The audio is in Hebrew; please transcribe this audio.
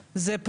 זה נושא חשוב,